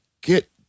get